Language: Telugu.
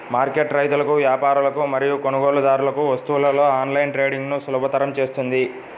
మార్కెట్ రైతులకు, వ్యాపారులకు మరియు కొనుగోలుదారులకు వస్తువులలో ఆన్లైన్ ట్రేడింగ్ను సులభతరం చేస్తుంది